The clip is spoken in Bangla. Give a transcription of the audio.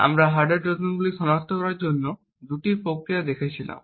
আমরা হার্ডওয়্যার ট্রোজান সনাক্ত করার জন্য দুটি প্রক্রিয়া দেখেছিলাম